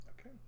Okay